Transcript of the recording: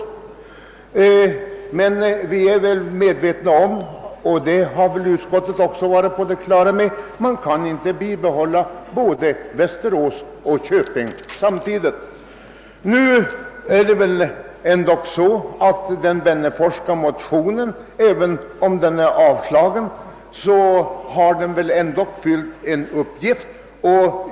Jag är emellertid väl medveten om — det har väl också utskottet varit på det klara med — att man inte kan bibehålla både verkstaden i Västerås och verkstaden i Arboga, Även om nämnda motion är avstyrkt har den nog ändå fyllt en uppgift.